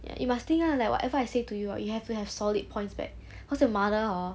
ya you must think lah like whatever I say to you hor you have to have solid points back cause your mother hor